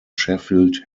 sheffield